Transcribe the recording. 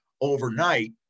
overnight